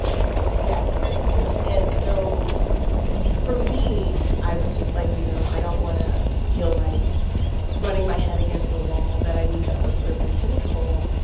two yeah yeah and so for me, i was just like, you know, i don't want to feel like running my head against a wall that i knew that was sort of impenetrable.